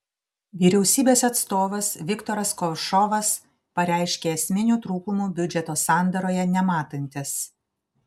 vyriausybės atstovas viktoras kovšovas pareiškė esminių trūkumų biudžeto sandaroje nematantis